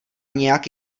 nějak